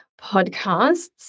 podcasts